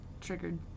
triggered